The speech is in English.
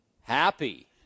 happy